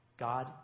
God